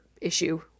issue